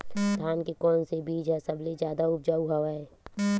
धान के कोन से बीज ह सबले जादा ऊपजाऊ हवय?